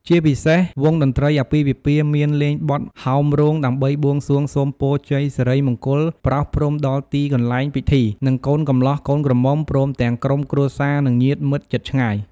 ជាពិសេសវង់តន្ត្រីអាពាហ៍ពិពាហ៍មានលេងបទហោមរោងដើម្បីបួងសួងសូមពរជ័យសិរីមង្គលប្រោះព្រុំដល់ទីកន្លែងពិធី និងកូនកំលោះកូនក្រមំុ ព្រមទាំងក្រុមគ្រួសារនិងញាតិមិត្តជិតឆ្ងាយ។